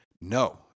no